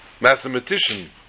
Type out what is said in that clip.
mathematician